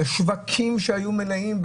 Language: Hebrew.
לשווקים שהיו מלאים,